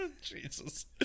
Jesus